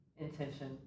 intention